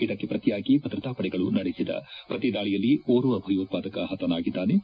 ಇದಕ್ಕೆ ಪ್ರತಿಯಾಗಿ ಭದ್ರತಾ ಪಡೆಗಳು ನಡೆಸಿದ ಪ್ರತಿ ದಾಳಿಯಲ್ಲಿ ಓರ್ವ ಭಯೋತ್ಪಾದಕ ಹತನಾಗಿದ್ದಾನೆ